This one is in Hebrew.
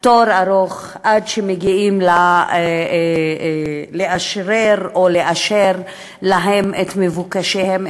תור ארוך עד שמגיעים לאשרר או לאשר להם את מבוקשם,